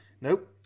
Nope